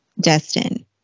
Destin